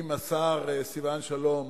אם השר סילבן שלום